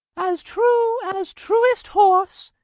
as true as truest horse,